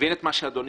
משרד התחבורה,